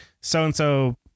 so-and-so